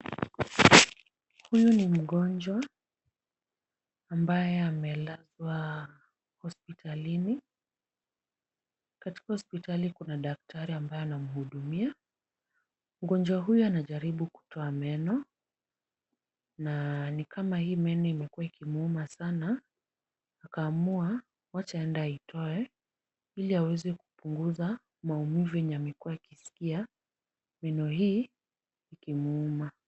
Huyu ni mgonjwa ambaye amelazwa hospitalini, katika hospitali Kuna daktari ambaye anamhudumia mgonjwa huyu anajaribu kutoa meno na ni Kama hii meno imekuwa ikimwuma sana akahamuwa waja aende aitoe ili awese kupunguza maumifu ambayo akisikia meno hii ikimwuma